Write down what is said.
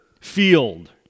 field